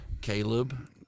Caleb